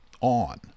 on